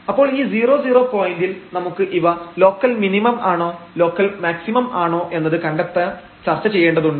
അപ്പോൾ ഈ 00 പോയന്റിൽ നമുക്ക് ഇവ ലോക്കൽ മിനിമം ആണോ ലോക്കൽ മാക്സിമം ആണോ എന്നത് കണ്ടെത്താൻ ചർച്ച ചെയ്യേണ്ടതുണ്ട്